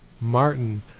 Martin